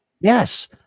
Yes